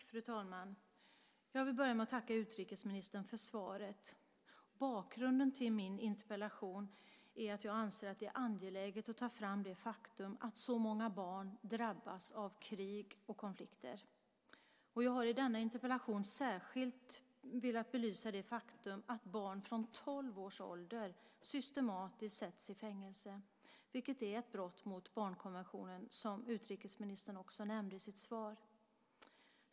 Fru talman! Jag vill börja med att tacka utrikesministern för svaret. Bakgrunden till min interpellation är att jag anser att det är angeläget att ta fram det faktum att så många barn drabbas av krig och konflikter. Jag har i denna interpellation särskilt velat belysa det faktum att barn från tolv års ålder systematiskt sätts i fängelse, vilket är ett brott mot barnkonventionen, som utrikesministern också nämnde i sitt svar.